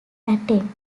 attend